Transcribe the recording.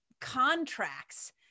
contracts